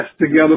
together